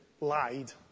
lied